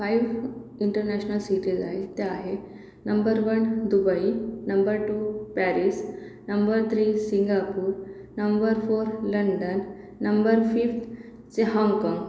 five international cities आहे त्या आहे number one Dubai number two Paris number three Singapore number four London number fifth चे Hong Kong